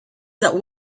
that